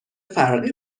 فرقی